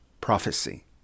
prophecy